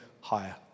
higher